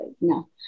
no